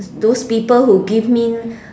those people who give me